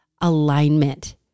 alignment